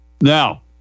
Now